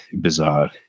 bizarre